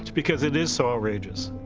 because it is so outrageous.